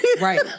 Right